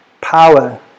power